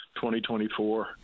2024